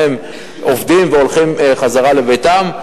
הם עובדים והולכים חזרה לביתם.